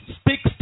speaks